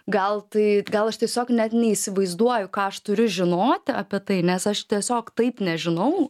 gal tai gal aš tiesiog net neįsivaizduoju ką aš turiu žinoti apie tai nes aš tiesiog taip nežinau